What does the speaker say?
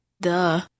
Duh